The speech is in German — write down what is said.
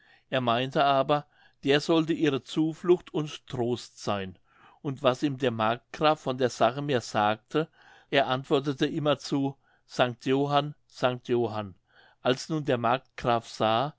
er meinte aber der sollte ihre zuflucht und trost sein und was ihm der markgraf von der sache mehr sagte er antwortete immerzu sanct johann sanct johann als nun der markgraf sah